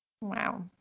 Wow